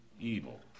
evil